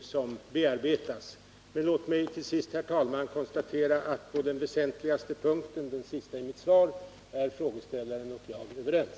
som bearbetats. Låt mig till sist, herr talman, konstatera att på den väsentligaste punkten — den sista i mitt svar — är frågeställaren och jag överens.